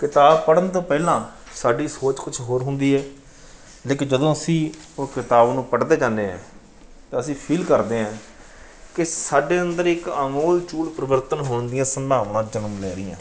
ਕਿਤਾਬ ਪੜ੍ਹਨ ਤੋਂ ਪਹਿਲਾਂ ਸਾਡੀ ਸੋਚ ਕੁਛ ਹੋਰ ਹੁੰਦੀ ਹੈ ਲੇਕਿਨ ਜਦੋਂ ਅਸੀਂ ਉਹ ਕਿਤਾਬ ਨੂੰ ਪੜ੍ਹਦੇ ਜਾਂਦੇ ਹਾਂ ਤਾਂ ਅਸੀਂ ਫੀਲ ਕਰਦੇ ਹਾਂ ਕਿ ਸਾਡੇ ਅੰਦਰ ਇੱਕ ਅਮੋਲ ਚੂਲ ਪਰਿਵਰਤਨ ਹੋਣ ਦੀਆਂ ਸੰਭਾਵਨਾ ਜਨਮ ਲੈ ਰਹੀਆਂ